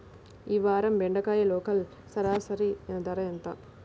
ఈ వారం బెండకాయ లోకల్ సరాసరి ధర ఎంత?